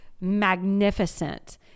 magnificent